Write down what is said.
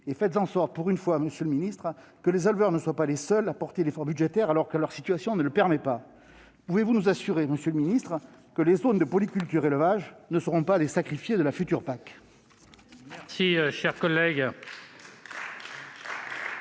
en découler. Pour une fois, faites en sorte que les éleveurs ne soient pas les seuls à porter l'effort budgétaire, alors que leur situation ne le permet pas. Pouvez-vous nous assurer que les zones de polyculture-élevage ne seront pas les sacrifiées de la future PAC ?